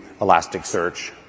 Elasticsearch